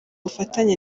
bufatanye